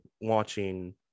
watching